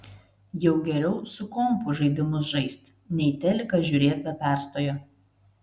jau geriau su kompu žaidimus žaist nei teliką žiūrėt be perstojo